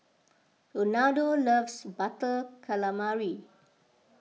Ronaldo loves Butter Calamari